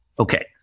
Okay